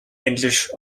english